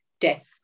death